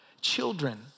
Children